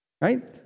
Right